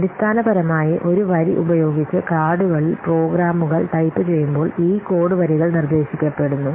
അടിസ്ഥാനപരമായി ഒരു വരി ഉപയോഗിച്ച് കാർഡുകളിൽ പ്രോഗ്രാമുകൾ ടൈപ്പുചെയ്യുമ്പോൾ ഈ കോഡ് വരികൾ നിർദ്ദേശിക്കപ്പെടുന്നു